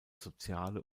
soziale